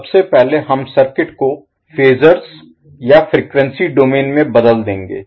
सबसे पहले हम सर्किट को फेजर्स या फ्रीक्वेंसी डोमेन में बदल देंगे